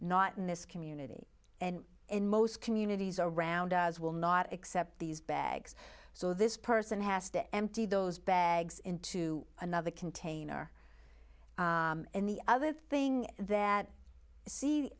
not in this community and in most communities around us will not accept these bags so this person has to empty those bags into another container and the other thing that see